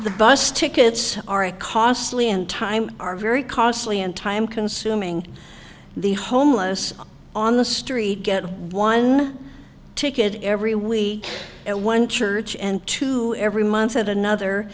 the bus tickets are a costly and time are very costly and time consuming the homeless on the street get one ticket every week at one church and to every month at another